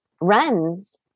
runs